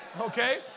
Okay